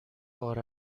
بار